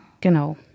Genau